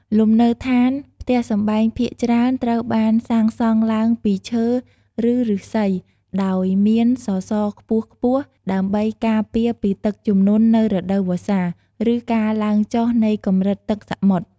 លំនៅឋាន ផ្ទះសម្បែងភាគច្រើនត្រូវបានសាងសង់ឡើងពី ឈើ ឬឫស្សី ដោយមាន សសរខ្ពស់ៗ ដើម្បីការពារពីទឹកជំនន់នៅរដូវវស្សា ឬការឡើងចុះនៃកម្រិតទឹកសមុទ្រ។